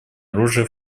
оружия